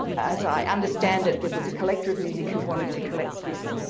as i understand it there was a collector of music who wanted to collect this,